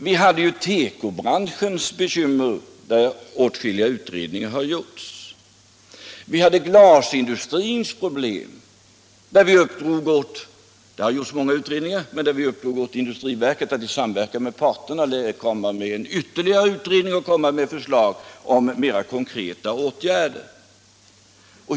Vi hade tekobranschens bekymmer, där åtskilliga utredningar har gjorts, vi hade glasindustrins problem — där har många utredningar gjorts — där vi uppdrog åt industriverket att i samverkan med parterna komma med en ytterligare utredning och komma med förslag om mera konkreta åtgärder.